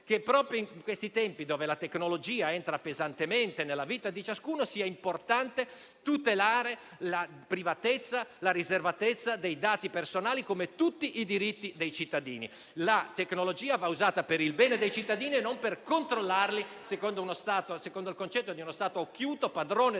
che, proprio in questi tempi in cui la tecnologia entra pesantemente nella vita di ciascuno, sia importante tutelare la privatezza e la riservatezza dei dati personali, come tutti i diritti dei cittadini. La tecnologia va usata per il bene dei cittadini e non per controllarli secondo il concetto di uno Stato occhiuto, padrone dei